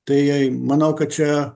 tai manau kad čia